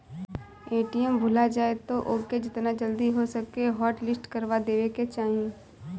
ATM भूला जाए तअ ओके जेतना जल्दी हो सके हॉटलिस्ट करवा देवे के चाही